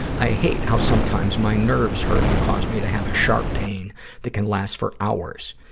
i hate how sometimes my nerves hurt and cause me to have a sharp pain that can last for hours.